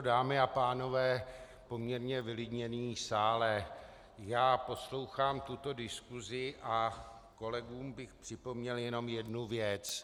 Dámy a pánové, poměrně vylidněný sále, poslouchám tuto diskusi a kolegům bych připomněl jenom jednu věc.